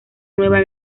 nueva